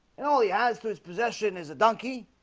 and all he adds to his possession is a donkey